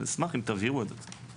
אשמח אם תבהירו את זה.